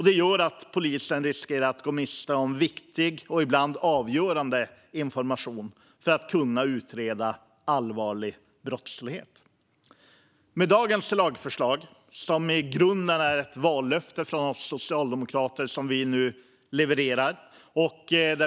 Det gör att polisen riskerar att gå miste om viktig och ibland avgörande information för att kunna utreda allvarlig brottslighet. Dagens lagförslag är i grunden ett vallöfte från oss socialdemokrater som vi nu levererar.